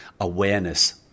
awareness